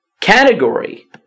category